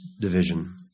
division